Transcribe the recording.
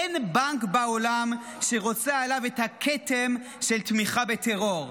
אין בנק בעולם שרוצה עליו את הכתם של תמיכה בטרור.